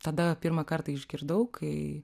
tada pirmą kartą išgirdau kai